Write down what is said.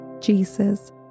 Jesus